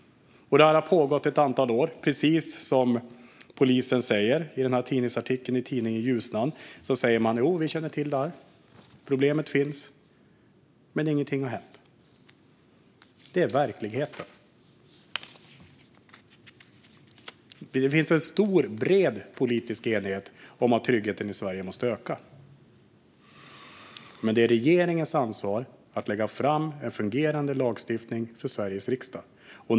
Detta har pågått ett antal år, precis som polisen säger i artikeln i tidningen Ljusnan. De säger att de känner till det här. Problemet finns, men ingenting har hänt. Det är verkligheten. Det finns en stor och bred politisk enighet om att tryggheten i Sverige måste öka, men det är regeringens ansvar att lägga fram en fungerande lagstiftning för Sveriges riksdag.